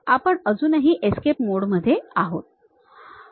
आपण अजूनही एस्केप मोडमध्ये आहोत